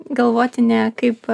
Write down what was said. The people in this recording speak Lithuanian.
galvoti ne kaip